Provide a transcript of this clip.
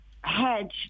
hedge